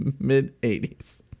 mid-80s